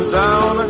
down